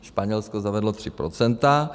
Španělsko zavedlo 3 %.